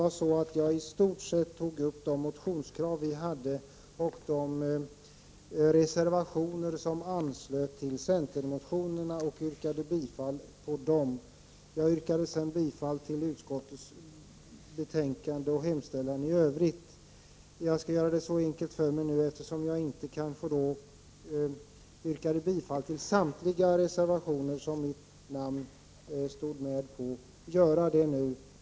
Jag berörde där i stort sett de motionskrav vi hade och de reservationer som anslöt till centermotionerna och yrkade bifall till dessa. Jag yrkade sedan bifall till utskottets hemställan i övrigt. Jag skall nu göra det så enkelt för mig som jag inte gjorde förut, att jag yrkar bifall till samtliga reservationer där mitt namn står med.